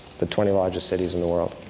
the twenty largest cities in the world.